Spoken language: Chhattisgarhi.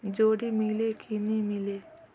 जोणी मीले कि नी मिले?